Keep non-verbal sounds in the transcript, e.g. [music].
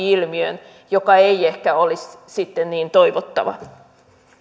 [unintelligible] ilmiöön joka ei ehkä olisi sitten niin toivottavaa